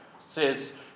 says